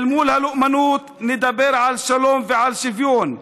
אל מול הלאומנות נדבר על שלום ועל שוויון,